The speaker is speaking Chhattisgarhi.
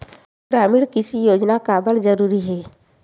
ग्रामीण कृषि योजना काबर जरूरी हे?